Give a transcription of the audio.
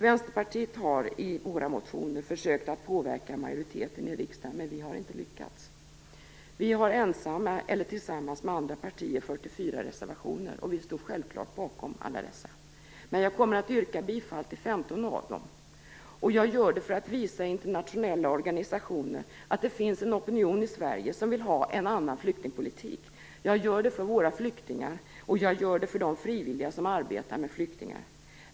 Vänsterpartiet har i motioner försökt att påverka majoriteten i riksdagen, men inte lyckats. Vi har ensamma eller tillsammans med andra partier avgett 44 reservationer, och jag står självfallet bakom alla dessa. Men jag yrkar bifall till 15 av dessa. Och jag gör det för att visa internationella organisationer att det finns en opinion i Sverige som vill ha en annan flyktingpolitik, jag gör det för våra flyktingar och för de frivilliga som arbetar med flyktingar.